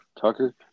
Tucker